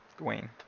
Dwayne